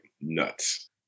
nuts